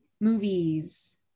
movies